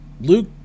Luke